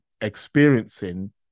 experiencing